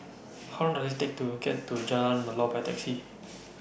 How Long Does IT Take to get to Jalan Melor By Taxi